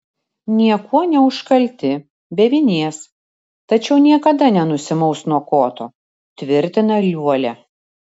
niekuo neužkalti be vinies tačiau niekada nenusimaus nuo koto tvirtina liuolia